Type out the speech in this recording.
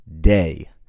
day